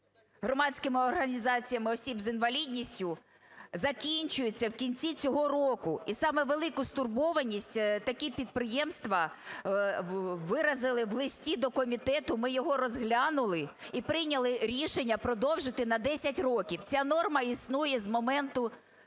громадськими організаціями осіб з інвалідністю, закінчується в кінці цього року. І саме велику стурбованість такі підприємства виразили в листі до комітету. Ми його розглянули і прийняли рішення продовжити на 10 років. Ця норма існує з моменту